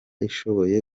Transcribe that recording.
ishoboye